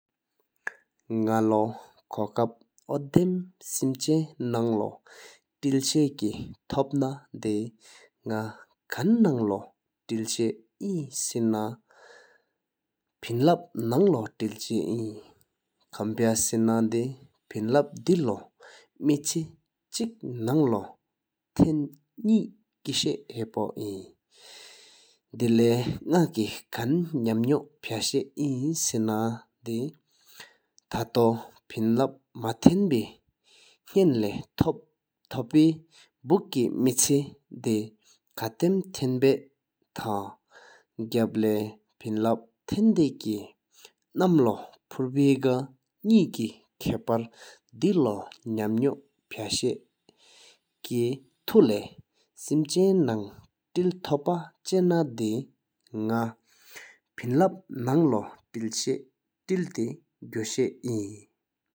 ནག་ལོ་ཁོ་ཀཔ་ཨོ་དམ་སེམས་ཆེན་ནང་ལོ་ཐེལ་ཤ་ཁེ་ཐོབ་ན་སེ་ནག་ཁབ་ནང་ལོ་ཐེལ་ཤ་ཨིན་སེ་ན་ཕིན་ལབ་ནང་ལོ་ཐེལ་ཤ་ཨིན། ཁབ་ཕ་སེ་ན་དེ་ཕིན་ལབ་དེ་ལོ་མེ་ཆེ་གཅིག་ནང་ལོ་ཐན་ནི་ཀི་ཤ་ཧ་ཕོ་ཨིན། དལེད་ནག་ཀེ་ཁབ་ནམ་ནོང་ཕ་ཤ་ཨིན་སེ་ན་དེ་ཐང་ཕོ་ཐོ་ཕིན་ལབ་མ་ཐེན་བེ་པན་ལས་ཐོ་པེ་བུག་ཀེ་མེ་ཆེ་དེ་གཁར་ཐམ་ ཐན་བའི་ཐ། གྐམ་ལས་ཕིན་ལབ་ཐན་དེ་ཀེ་ནམ་ལོ་ཕུར་བེ་གང་ནི་ཀེ་གཀར་ཕའུ་དེ་ལོ་ནམ་ནོང་ཕ་ཤ་ཁེ་ཐང་ལོ་སེམས་ཆེན་ནང་ཐེལ་ ཐོ་པ་ཆ་ན་དེ་ནག་ཕིན་ལབ་ནང་ཐེལ་ཐེ་གོ་ཤ་ཨིན།